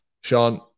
Sean